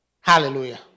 Hallelujah